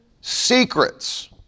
secrets